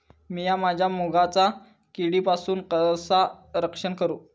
मीया माझ्या मुगाचा किडीपासून कसा रक्षण करू?